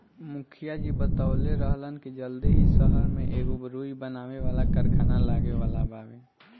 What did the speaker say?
मुखिया जी बतवले रहलन की जल्दी ही सहर में एगो रुई बनावे वाला कारखाना लागे वाला बावे